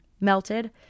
melted